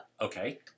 Okay